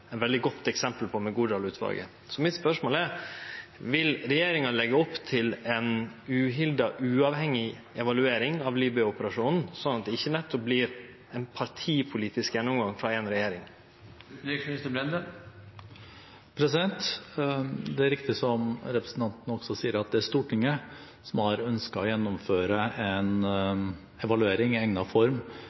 veldig godt eksempel på med Godal-utvalet. Mitt spørsmål er: Vil regjeringa leggje opp til ei uhilda, uavhengig evaluering av Libya-operasjonen, slik at det nettopp ikkje vert ein partipolitisk gjennomgang frå ei regjering? Det er riktig som representanten sier, at det er Stortinget som har ønsket å gjennomføre en evaluering i egnet form